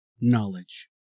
Knowledge